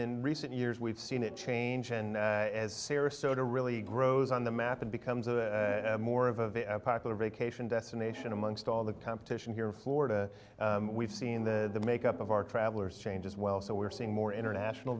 then recent years we've seen it change and as sarasota really grows on the map and becomes a more of a popular vacation destination amongst all the competition here in florida we've seen the makeup of our travelers change as well so we're seeing more international